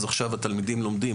אז עכשיו התלמידים לומדים,